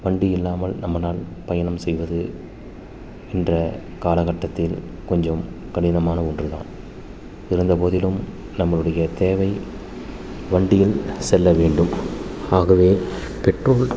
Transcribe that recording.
வண்டி இல்லாமல் நம்மனால் பயணம் செய்வது இந்த காலக்கட்டத்தில் கொஞ்சம் கடினமான ஒன்று தான் இருந்தபோதிலும் நம்முளுடைய தேவை வண்டியில் செல்ல வேண்டும் ஆகவே பெட்ரோல்